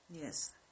Yes